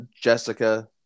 Jessica